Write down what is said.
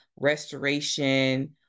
restoration